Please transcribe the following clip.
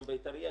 גם בית אריה,